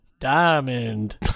diamond